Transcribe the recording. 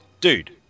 dude